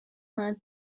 antes